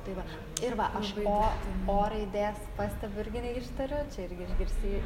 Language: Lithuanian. tai va ir va aš o o raidės pastebiu irgi neištariu čia irgi išgirsi